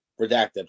Redacted